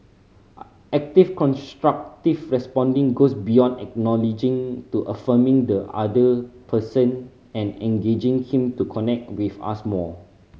active constructive responding goes beyond acknowledging to affirming the other person and engaging him to connect with us more